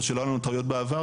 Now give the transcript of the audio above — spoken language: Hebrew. או שלא היה לנו טעויות בעבר,